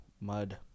mud